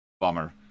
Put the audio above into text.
bummer